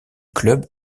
club